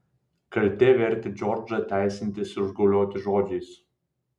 kaltė vertė džordžą teisintis ir užgaulioti žodžiais